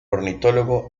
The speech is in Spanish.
ornitólogo